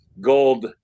gold